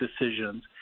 decisions